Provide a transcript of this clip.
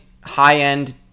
high-end